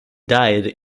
died